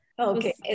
Okay